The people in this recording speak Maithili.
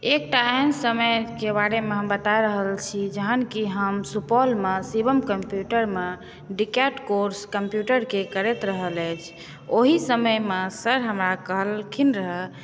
एकटा एहन समयके बारेमे हम बता रहल छी जहन कि हम सुपौलमे शिवम कम्प्यूटरमे डीकैट कोर्स कम्प्यूटरके करैत रहल अछि ओहि समयमे सर हमरा कहलखिन रहै